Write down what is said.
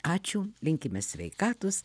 ačiū linkime sveikatos